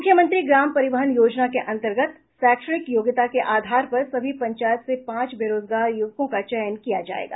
मुख्यमंत्री ग्राम परिवहन योजना के अंतर्गत शैक्षणिक योग्यता के आधार पर सभी पंचायत से पांच बेरोजगार युवकों का चयन किया जायेगा